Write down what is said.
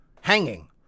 hanging